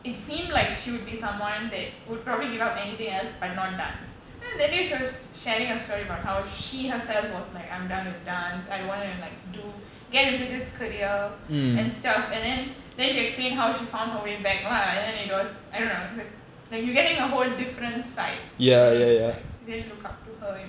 it seemed like she would be someone that would probably give up anything else but not dance then that day she was sharing a story about how she herself was like I'm done with dance I don't wanna like do get into this career and stuff and then then she explain how she found her way back lah and then it was I don't know like you're getting a whole different side and then it's like really look up to her you know